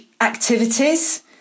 activities